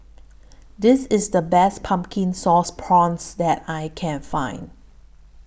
This IS The Best Pumpkin Sauce Prawns that I Can Find